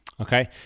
okay